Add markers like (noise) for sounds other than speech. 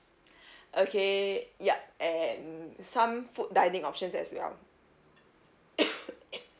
(breath) okay yup and some food dining options as well (coughs)